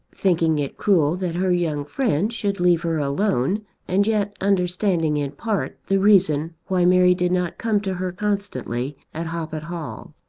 thinking it cruel that her young friend should leave her alone and yet understanding in part the reason why mary did not come to her constantly at hoppet hall.